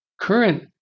current